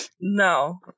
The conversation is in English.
No